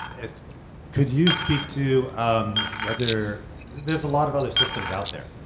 could you speak to um whether there's a lot of other systems out there.